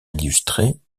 illustrés